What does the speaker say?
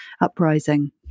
uprising